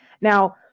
Now